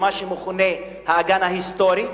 במה שמכונה האגן ההיסטורי,